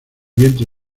vientre